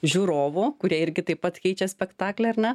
žiūrovų kurie irgi taip pat keičia spektaklį ar ne